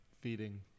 feeding